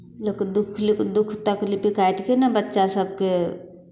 लोक दुःख लोक दुःख तकलीफ काटि कऽ ने बच्चासभकेँ